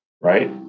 Right